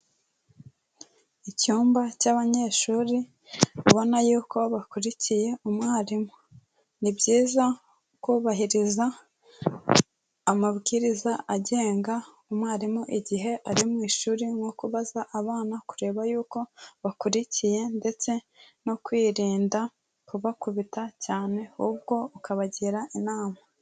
Icyumba cy'abanyeshuri ubona yuko bakurikiye umwarimu, ni byiza kubahiriza amabwiriza agenga umwarimu igihe ari mu ishuri nko kubaza abana, kureba yuko bakurikiye, ndetse no kwirinda kubakubita cyane, ahubwo ukabagira inama.